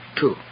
two